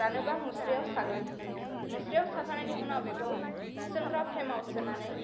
सानोबा मुसरायाव सागोन मुसरायाव साखांनायनि उनाव बेखौ सोंग्रा फ्रेमाव सोनानै